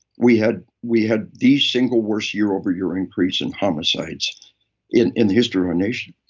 we had we had the single worst year over year increase in homicides in in the history of our nation.